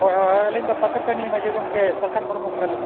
ᱦᱳᱭ ᱦᱳᱭ ᱦᱳᱭ ᱟᱹᱞᱤᱧ ᱫᱚ ᱯᱟᱛᱮ ᱯᱟᱹᱱᱤ ᱢᱟᱹᱡᱷᱤ ᱜᱚᱢᱠᱮ ᱥᱟᱞᱠᱷᱟᱱ ᱢᱩᱨᱢᱩ ᱠᱟᱱᱟᱞᱤᱧ